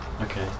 Okay